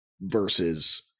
versus